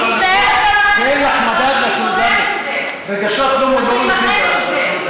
אני מצטערת על הרגשות אבל צריך להתמודד עם זה.